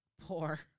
poor